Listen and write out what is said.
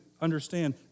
understand